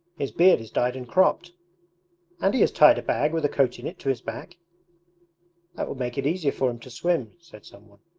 his beard is dyed and cropped and he has tied a bag with a coat in it to his back that would make it easier for him to swim said some one.